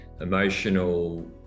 emotional